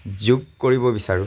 যোগ কৰিব বিচাৰোঁ